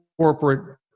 corporate